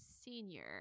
senior